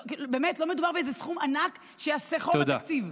באמת, לא מדובר באיזה סכום ענק שיעשה חור בתקציב.